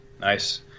Nice